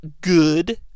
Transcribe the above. good